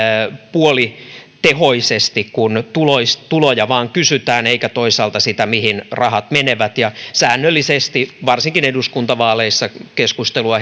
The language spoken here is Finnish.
puolitehoisesti kun tuloja vain kysytään eikä toisaalta sitä mihin rahat menevät ja säännöllisesti varsinkin eduskuntavaaleissa keskustelua